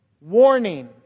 warning